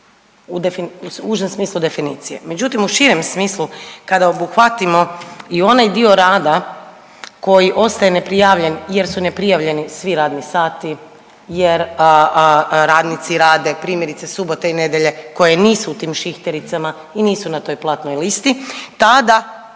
u užem smislu definicije. Međutim u širem smislu kada obuhvatimo i onaj dio rada koji ostaje neprijavljen jer su neprijavljeni svi radni sati, jer radnici rade primjerice subote i nedjelje koje nisu u tim šihtericama i nisu na toj platnoj listi. Tada